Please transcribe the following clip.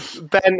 Ben